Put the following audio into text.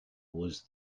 was